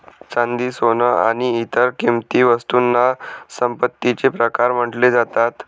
चांदी, सोन आणि इतर किंमती वस्तूंना संपत्तीचे प्रकार म्हटले जातात